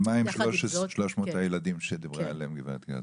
אבל מה עם 300 הילדים שדיברה עליהם גב' קרצר?